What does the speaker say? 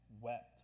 wept